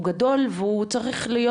הוא גדול והוא צריך להיות,